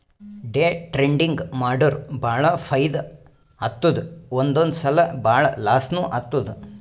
day trading ಮಾಡುರ್ ಭಾಳ ಫೈದಾ ಆತ್ತುದ್ ಒಂದೊಂದ್ ಸಲಾ ಭಾಳ ಲಾಸ್ನೂ ಆತ್ತುದ್